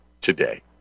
today